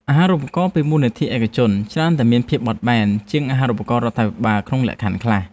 អាហារូបករណ៍ពីមូលនិធិឯកជនច្រើនតែមានភាពបត់បែនជាងអាហារូបករណ៍រដ្ឋាភិបាលក្នុងលក្ខខណ្ឌខ្លះ។